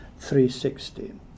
360